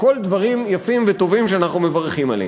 כל הדברים היפים והטובים שאנחנו מברכים עליהם.